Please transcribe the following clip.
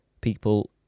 people